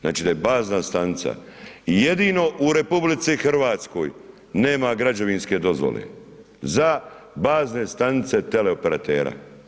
Znači da je bazna stanica jedino u RH nema građevinske dozvole za bazne stanice teleoperatera.